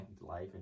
life